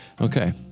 Okay